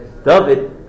David